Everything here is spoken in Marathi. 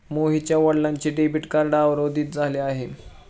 मोहनच्या वडिलांचे डेबिट कार्ड अवरोधित झाले आहे